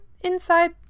inside